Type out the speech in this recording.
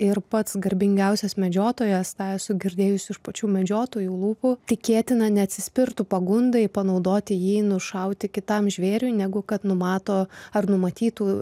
ir pats garbingiausias medžiotojas tą esu girdėjusi iš pačių medžiotojų lūpų tikėtina neatsispirtų pagundai panaudoti jį nušauti kitam žvėriui negu kad numato ar numatytų